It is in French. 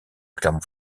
clermont